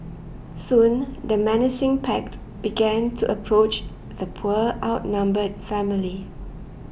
soon the menacing pack began to approach the poor outnumbered family